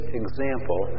example